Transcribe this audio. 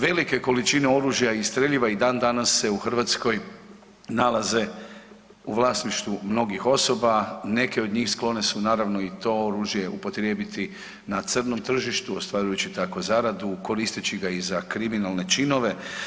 Velike količine oružja i streljiva i dan danas se u Hrvatskoj nalaze u vlasništvu mnogih osoba, neke od njih sklone su naravno i to oružje upotrijebiti na crnom tržištu ostvarujući tako zaradu, koristeći ga i za kriminalne činove.